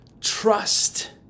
trust